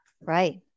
Right